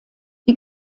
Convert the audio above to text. die